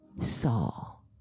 Saul